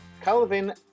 Calvin